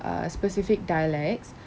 err specific dialects